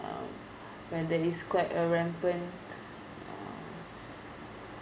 um where there is quite a rampant um